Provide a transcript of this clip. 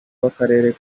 w’akarere